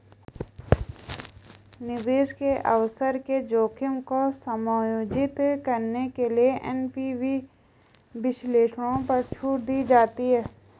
निवेश के अवसर के जोखिम को समायोजित करने के लिए एन.पी.वी विश्लेषणों पर छूट दी जाती है